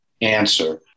answer